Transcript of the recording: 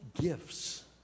gifts